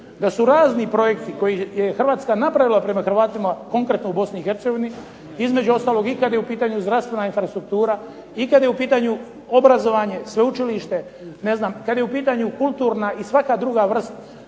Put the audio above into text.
da su razni projekti koje je Hrvatska napravila prema Hrvatima, konkretno u BiH, između ostalog i kada je u pitanju zdravstvena infrastruktura i kad je u pitanju obrazovanje, sveučilište, kad je u pitanju kulturna i svaka druga vrst